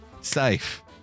safe